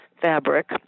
fabric